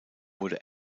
wurde